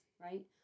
right